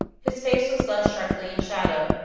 his face was thus sharply in shadow,